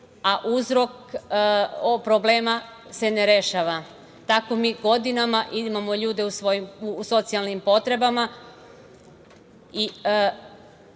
a uzrok problema se ne rešava. Tako mi godinama imamo ljude u socijalnim potrebama.